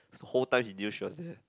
the whole time he knew she was there